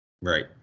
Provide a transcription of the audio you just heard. right